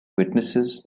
witnesses